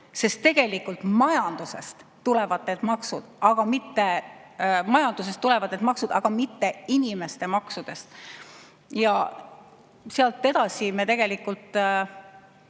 sest tegelikult majandusest tulevad need maksud, aga mitte inimeste maksudest. Ja sealt edasi me tegelikult